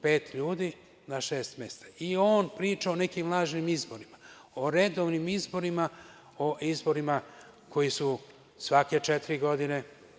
Pet ljudi na šest mesta i on priča o nekim lažnim izborima, o redovnim izborima, o izborima koji su svake četiri godine?